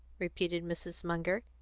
repeated mrs. munger,